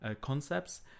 concepts